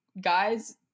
guys